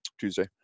Tuesday